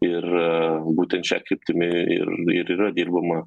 ir būtent šia kryptimi ir ir yra dirbama